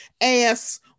ass